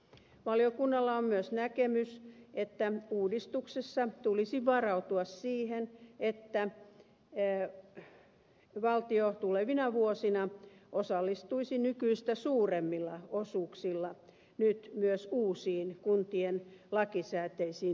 valiokunnalla on myös näkemys että uudistuksessa tulisi varautua siihen että valtio tulevina vuosina osallistuisi nykyistä suuremmilla osuuksilla nyt myös uusiin kuntien lakisääteisiin tehtäviin